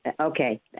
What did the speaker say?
Okay